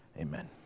Amen